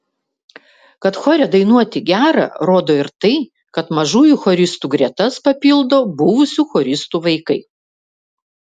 kad chore dainuoti gera rodo ir tai kad mažųjų choristų gretas papildo buvusių choristų vaikai